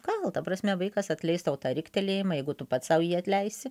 gal ta prasme vaikas atleis tau tą riktelėjimą jeigu tu pats sau jį atleisi